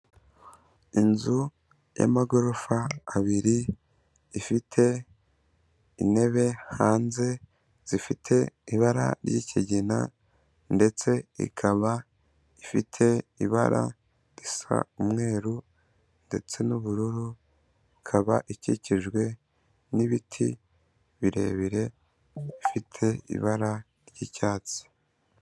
Inzu y'amagorofa abiri, ifite intebe hanze zifite ibara ry'ikigina ndetse ikaba ifite ibara risa umweru ndetse n'ubururu, ikaba ikikijwe n'ibiti birebire bifite ibara ry'icyatsi.